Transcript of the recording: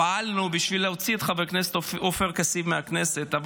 פעלנו להוציא את חבר הכנסת עופר כסיף מהכנסת,